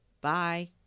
Bye